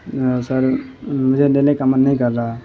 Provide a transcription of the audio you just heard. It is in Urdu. سر مجھے لینے کا من نہیں کر رہا